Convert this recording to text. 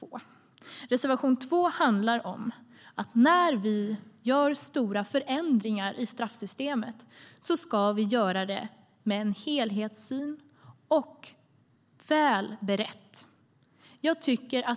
Vår reservation 2 handlar om att vi ska göra stora förändringar i straffsystemet med en helhetssyn och väl berett.